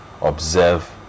observe